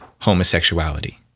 Homosexuality